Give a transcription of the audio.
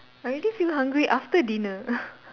I already feel hungry after dinner